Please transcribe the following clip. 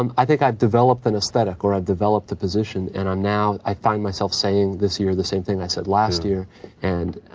um i think i've developed an esthetic or i've developed a position and i'm now, i find myself saying this year the same thing i said last year and,